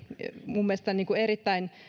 minun mielestäni erittäin